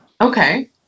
Okay